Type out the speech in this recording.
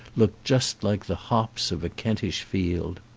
look just like the hops of a kentish field.